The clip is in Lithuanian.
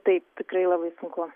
taip tikrai labai sunku